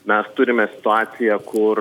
mes turime situaciją kur